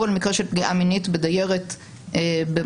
על מקרה של פגיעה מינית בדיירת במוסד